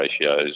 ratios